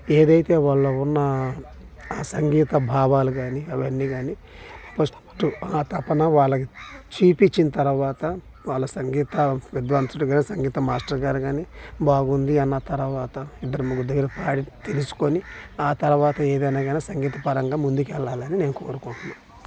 ఏదైతే వాళ్ళో ఉన్న ఆ సంగీత భావాలు కానీ అవన్నీ కానీ ఫస్టు ఆ తపన వాళ్ళకి చూపించిన తరువాత వాళ్ళు సంగీత విద్వాంసుడు సంగీత మాస్టర్ గారు కానీ బాగుంది అన్న తరువాత ఇద్దరు ముగ్గురు దగ్గర పాడి తెలుసుకొని ఆ తరువాత ఏదైన కానీ సంగీత పరంగా ముందుకి వెళ్ళాలని నేను కోరుకుంటున్నాను